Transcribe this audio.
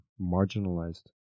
marginalized